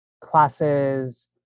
classes